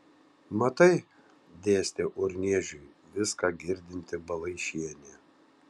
matai dėstė urniežiui viską girdinti balaišienė